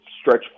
stretch